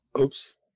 Oops